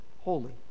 holy